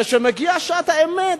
כשמגיעה שעת האמת,